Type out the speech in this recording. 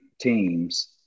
teams